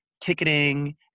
ticketing